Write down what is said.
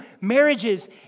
marriages